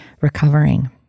recovering